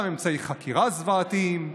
גם אמצעי חקירה זוועתיים,